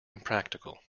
impractical